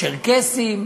צ'רקסים,